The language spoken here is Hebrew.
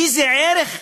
איזה ערך,